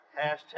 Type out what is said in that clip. Hashtag